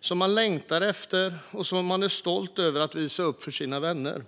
som man längtar efter och som man är stolt över att visa upp för sina vänner.